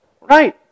right